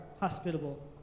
hospitable